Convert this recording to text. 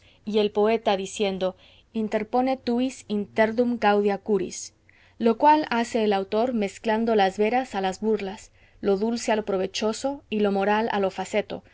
y el poeta diciendo interpone tuis interdum gaudia curis lo cual hace el autor mezclando las veras a las burlas lo dulce a lo provechoso y lo moral a lo faceto